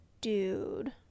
dude